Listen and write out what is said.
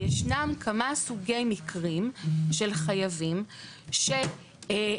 יש כמה סוגי מקרים של חייבים שחד